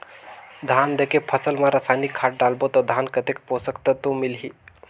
धान देंके फसल मा रसायनिक खाद डालबो ता धान कतेक पोषक तत्व मिलही?